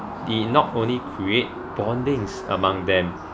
it not only create bonding among them